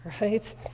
right